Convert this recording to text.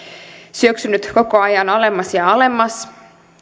syöksynyt koko ajan alemmas ja alemmas